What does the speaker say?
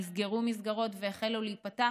נסגרו מסגרות והחלו להיפתח.